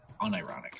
unironic